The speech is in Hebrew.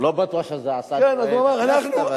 לא בטוח שאסד רואה.